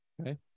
Okay